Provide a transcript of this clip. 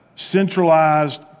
centralized